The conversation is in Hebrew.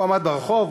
הוא עמד ברחוב,